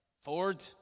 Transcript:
Ford